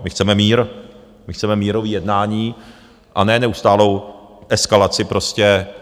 My chceme mír, my chceme mírový jednání a ne neustálou eskalaci prostě.